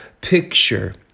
picture